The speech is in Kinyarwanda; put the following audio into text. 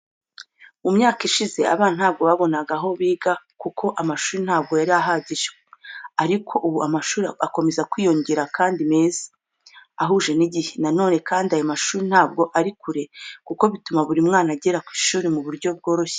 Mu myaka ishize, abana ntabwo babonaga aho biga kuko amashuri ntabwo yari ahagije. Ariko ubu amashuri akomeza kwiyongera kandi meza, ahuje n'igihe. Na none kandi ayo mashuri ntabwo ari kure kuko bituma buri mwana agera ku ishuri mu buryo bworoshye.